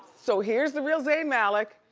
so here's the real zayn malik.